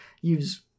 use